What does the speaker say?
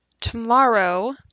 tomorrow